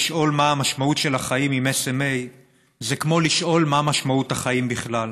לשאול מה המשמעות של החיים עם SMA זה כמו לשאול מה משמעות החיים בכלל.